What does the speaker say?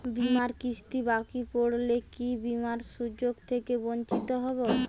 বিমার কিস্তি বাকি পড়লে কি বিমার সুযোগ থেকে বঞ্চিত হবো?